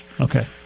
Okay